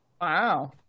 Wow